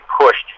pushed